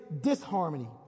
disharmony